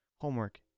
Homework